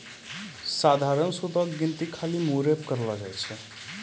सधारण सूदो के गिनती खाली मूरे पे करलो जाय छै